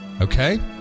okay